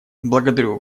благодарю